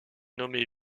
nommé